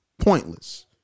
pointless